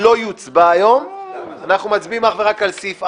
הצעת חוק להסדרת ההימורים בספורט (תיקון